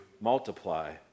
multiply